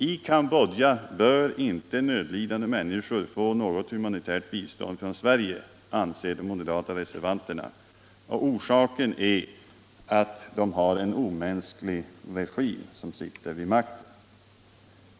I Cambodja bör inte nödlidande människor få något humanitärt bistånd från Sverige, anser de moderata reservanterna, och orsaken är att en omänsklig regim sitter vid makten.